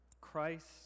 Christ